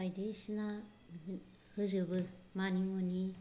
बायदिसिना होजोबो मानि मुनि